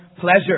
pleasure